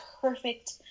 perfect